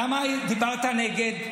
למה דיברת נגד בדיון?